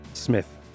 Smith